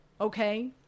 okay